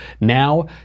Now